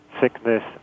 sickness